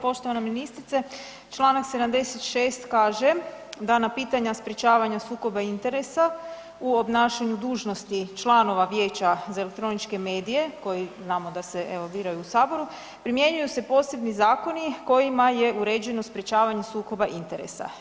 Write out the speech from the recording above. Poštovana ministrice, članak 76. kaže da na pitanja sprječavanja sukoba interesa u obnašanju dužnosti članova Vijeća za elektroničke medije za koje znamo da se evo biraju u Saboru primjenjuju se posebni zakoni kojima je uređeno sprječavanje sukoba interesa.